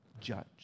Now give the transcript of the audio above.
judge